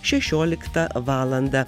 šešioliktą valandą